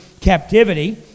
captivity